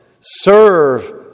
Serve